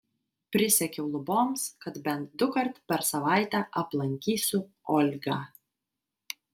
prisiekiau luboms kad bent dukart per savaitę aplankysiu olgą